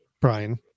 Brian